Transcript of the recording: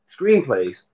screenplays